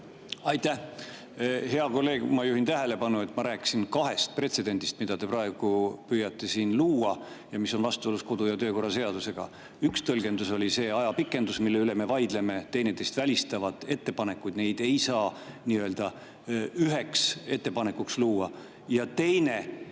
Aitäh, hea kolleeg! Ma juhin tähelepanu, et ma rääkisin kahest pretsedendist, mida te praegu püüate siin luua ja mis on vastuolus kodu- ja töökorra seadusega. Üks tõlgendus oli see ajapikendus, mille üle me vaidleme. Teineteist välistavaid ettepanekuid ei saa nii-öelda üheks ettepanekuks [liita]. Ja teine puudutab